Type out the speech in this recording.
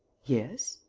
yes.